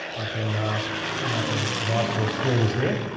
i can bring it up into this device list. here it is here.